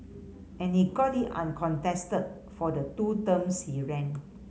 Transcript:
and he got in uncontested for the two terms he ran